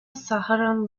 saharan